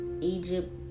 Egypt